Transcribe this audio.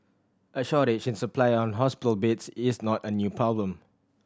a shortage in supply on hospital beds is not a new problem